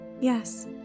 yes